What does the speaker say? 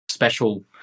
special